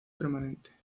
permanente